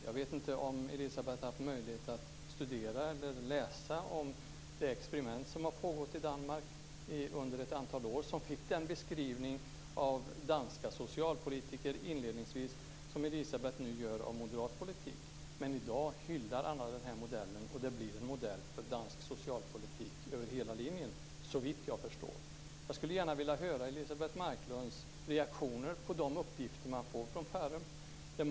Jag vet inte om Elisebeht Markström har haft möjlighet att studera eller läsa om det experiment som har pågått i Danmark under ett antal år. Inledningsvis beskrevs det av danska socialpolitiker som Elisebeht Markström nu beskriver moderat politik, men i dag hyllar alla modellen. Det blir en modell för dansk socialpolitik över hela linjen - såvitt jag förstår. Jag skulle gärna höra Elisebeht Markströms reaktioner på uppgifterna från Farum.